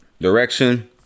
direction